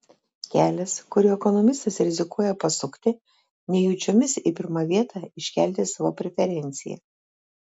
kelias kuriuo ekonomistas rizikuoja pasukti nejučiomis į pirmą vietą iškelti savo preferenciją